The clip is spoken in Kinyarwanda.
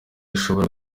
ishobora